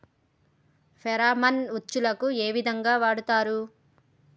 Pheromone ఉచ్చులకు ఏ విధంగా వాడుతరు?